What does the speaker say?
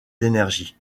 d’énergie